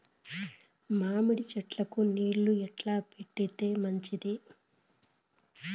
మామిడి చెట్లకు నీళ్లు ఎట్లా పెడితే మంచిది?